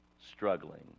struggling